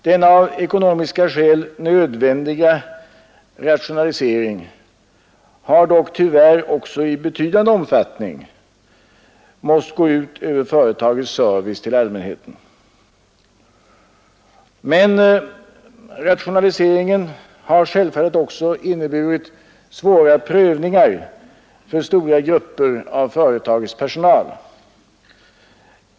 Denna, av ekonomiska skäl nödvändiga, rationalisering har tyvärr också i betydande omfattning tvingats gå ut över företagets service till allmänheten. Men rationaliseringen har självfallet också inneburit svåra prövningar för stora grupper av företagets personal.